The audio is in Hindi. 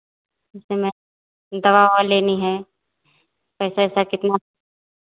इस समय दवा ओवा लेनी है पैसा वैसा कितना